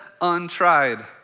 untried